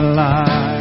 life